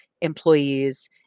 employees